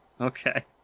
Okay